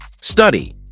Study